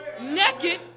naked